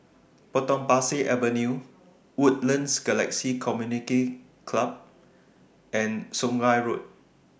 Potong Pasir Avenue Woodlands Galaxy Community Club and Sungei Road